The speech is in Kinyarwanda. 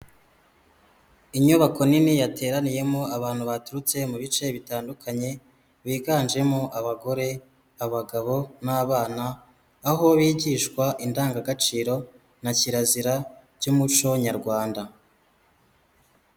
Inyubako nini yateraniyemo abantu baturutse mu bice bitandukanye biganjemo abagore, abagabo n'abana, aho bigishwa indangagaciro na kirazira cy'umuco nyarwanda.